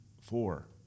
four